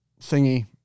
thingy